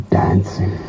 dancing